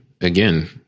Again